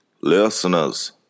listeners